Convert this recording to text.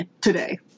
today